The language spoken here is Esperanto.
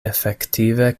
efektive